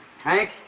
Hank